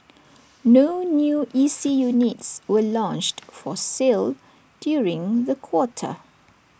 no new E C units were launched for sale during the quarter